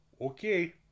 Okay